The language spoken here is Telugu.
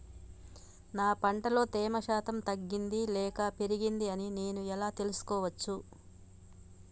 నా పంట లో తేమ శాతం తగ్గింది లేక పెరిగింది అని నేను ఎలా తెలుసుకోవచ్చు?